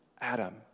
Adam